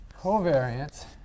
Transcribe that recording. covariance